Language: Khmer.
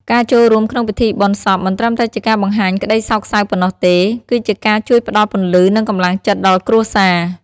ការចូលរួមក្នុងពិធីបុណ្យសពមិនត្រឹមតែជាការបង្ហាញក្តីសោកសៅប៉ុណ្ណោះទេ គឺជាការជួយផ្ដល់ពន្លឺនិងកម្លាំងចិត្តដល់គ្រួសារ។